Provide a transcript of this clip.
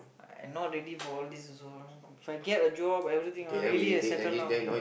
I not ready for all these also ah If I get a job everything ah really I settle down okay